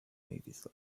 movies